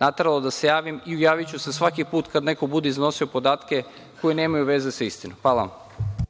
nateralo da se javim i javiću se svaki put kad neko bude iznosio podatke koji nemaju veze sa istinom. Hvala vam.